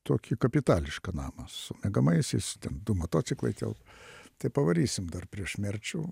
tokį kapitališką namą su miegamaisiais ten du motociklai telpa taip pavarysim dar prieš mirčių